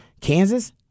Kansas